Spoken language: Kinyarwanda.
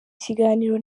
kiganiro